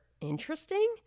interesting